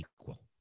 equal